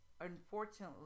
Unfortunately